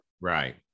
Right